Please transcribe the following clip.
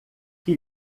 que